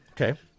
Okay